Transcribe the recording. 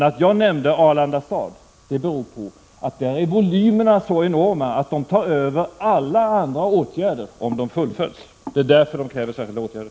Att jag nämnde Arlanda stad beror på att volymerna där är så enorma att de tar över alla andra åtgärder om projektet fullföljs. Det är därför de kräver särskilda åtgärder.